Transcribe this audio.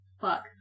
Fuck